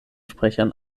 sprechern